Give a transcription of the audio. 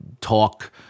talk